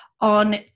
on